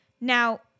Now